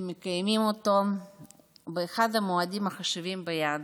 שמקיימים אותו באחד המועדים החשובים ביהדות: